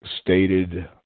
stated